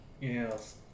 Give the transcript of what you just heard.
Yes